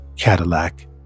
Cadillac